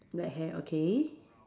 nerd hair okay